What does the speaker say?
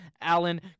Allen